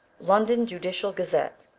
london judicial oazette,